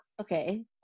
okay